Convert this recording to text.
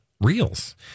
reels